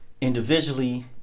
individually